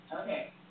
Okay